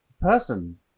person